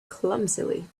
clumsily